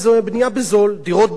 באמצעות מחיר למשתכן,